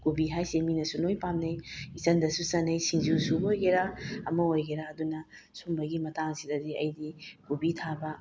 ꯀꯣꯕꯤ ꯍꯥꯏꯁꯦ ꯃꯤꯅꯁꯨ ꯂꯣꯏꯅ ꯄꯥꯝꯅꯩ ꯏꯆꯟꯗꯁꯨ ꯆꯟꯅꯩ ꯁꯤꯡꯖꯨ ꯁꯨꯕ ꯑꯣꯏꯒꯦꯔꯥ ꯑꯃ ꯑꯣꯏꯒꯦꯔꯥ ꯑꯗꯨꯅ ꯁꯤꯒꯨꯝꯕꯒꯤ ꯃꯇꯥꯡꯁꯤꯗꯗꯤ ꯑꯩꯗꯤ ꯀꯣꯕꯤ ꯊꯥꯕ